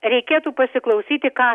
reikėtų pasiklausyti ką